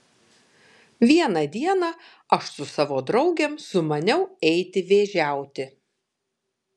vieną dieną aš su savo draugėm sumaniau eiti vėžiauti